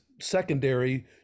secondary